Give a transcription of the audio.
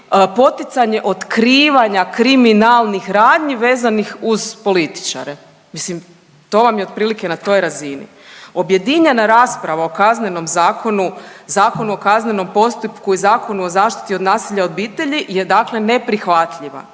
poticaje otkrivanja kriminalnih radnji vezanih uz političare. Mislim, to vam je otprilike na toj razini. Objedinjena rasprava o Kaznenom zakonu, Zakonu o kaznenom postupku i Zakonu o zaštiti od nasilja u obitelji je dakle neprihvatljiva.